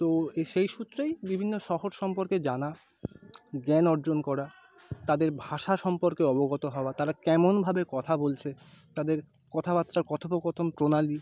তো এ সেই সূত্রেই বিভিন্ন শহর সম্পর্কে জানা জ্ঞান অর্জন করা তাদের ভাষা সম্পর্কে অবগত হওয়া তারা কেমনভাবে কথা বলছে তাদের কথাবার্তা কথোপকথন প্রণালী